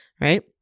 right